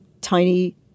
tiny